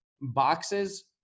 boxes